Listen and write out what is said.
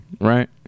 Right